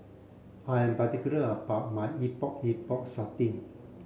I am particular about my Epok Epok Sardin